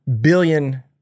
billion